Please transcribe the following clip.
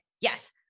yes